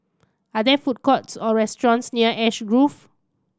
are there food courts or restaurants near Ash Grove